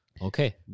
Okay